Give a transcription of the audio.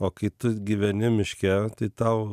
o kai tu gyveni miške tai tau